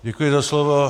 Děkuji za slovo.